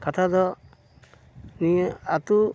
ᱠᱟᱛᱷᱟ ᱫᱚ ᱱᱤᱭᱟᱹ ᱟᱛᱳ